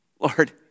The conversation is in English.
Lord